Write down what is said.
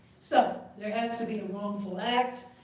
so there has to be a wrongful act.